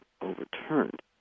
overturned